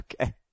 Okay